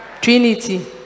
Trinity